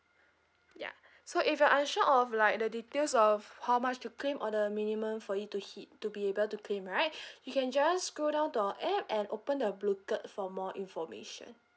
ya so if you are unsure of like the details of how much to claim or the minimum for you to hit to be able to claim right you can just scroll down to our app and open the booklet for more information